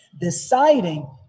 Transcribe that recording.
deciding